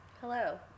Hello